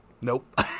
Nope